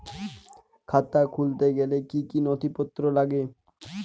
খাতা খুলতে গেলে কি কি নথিপত্র লাগে?